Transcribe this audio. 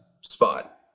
spot